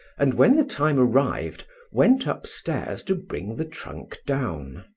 and when the time arrived went upstairs to bring the trunk down.